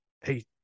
hey